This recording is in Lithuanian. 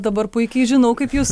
dabar puikiai žinau kaip jūs